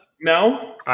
No